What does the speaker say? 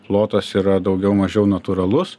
plotas yra daugiau mažiau natūralus